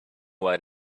what